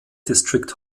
district